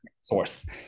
source